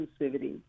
inclusivity